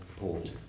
report